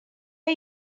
are